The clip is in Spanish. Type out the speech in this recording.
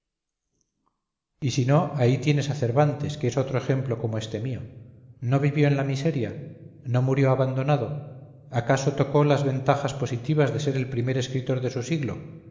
y si no ahí tienes a cervantes que es otro ejemplo como este mío no vivió en la miseria no murió abandonado acaso tocó las ventajas positivas de ser el primer escritor de su siglo